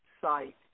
site